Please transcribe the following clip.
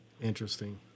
Interesting